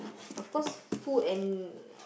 of course food and